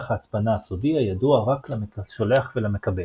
ההצפנה הסודי הידוע רק לשולח ולמקבל.